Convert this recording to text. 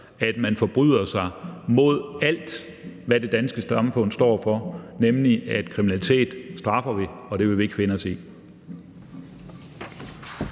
at man forbryder sig mod, hvad det danske samfund står for, nemlig at kriminalitet straffer vi, og at det vil vi ikke finde os i.